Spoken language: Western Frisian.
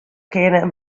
kinne